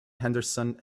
henderson